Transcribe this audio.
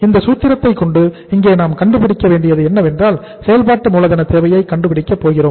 இந்த சூத்திரத்தை கொண்டு இங்கே நாம் கண்டுபிடிக்க வேண்டியது என்னவென்றால் செயல்பாட்டு மூலதன தேவையை கண்டுபிடிக்க போகிறோம்